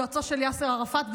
יועצו של יאסר ערפאת,